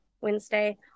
wednesday